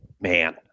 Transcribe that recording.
man